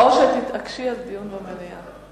שתתעקשי על דיון במליאה.